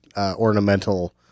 ornamental